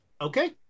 Okay